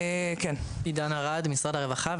אני עידן ארד ממשרד הרווחה,